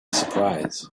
surprise